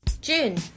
June